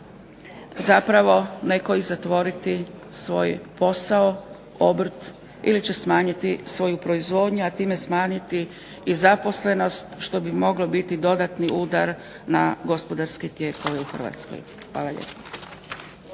zapravo neko i zatvoriti svoj posao, obrt ili će smanjiti svoju proizvodnju, a time smanjiti i zaposlenost što bi moglo biti dodatni udar na gospodarski tijek ovdje u Hrvatskoj. Hvala.